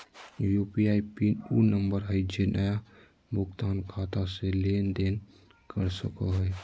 UPI PIN उ number हइ जे नया भुगतान खाता से लेन देन कर सको हइ